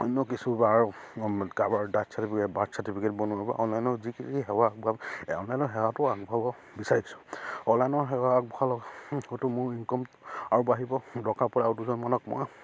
অন্য কিছু আৰু কাৰোবাৰ ডাথ চাৰ্টিফিকেট বাৰ্থ চাৰ্টিফিকেট বনাব অনলাইনৰ যিখিনি সেৱা আগবঢ়াব অনলাইনৰ সেৱাটো আগবঢ়াব বিচাৰিছোঁ অনলাইনৰ সেৱা আগবঢ়োৱাৰ লগে হয়তো মোৰ ইনকম আৰু বাঢ়িব দৰকাৰ পৰিলে আৰু দুজনমানক মই